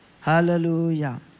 Hallelujah